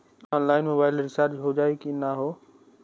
Online mobile recharge हो जाई की ना हो?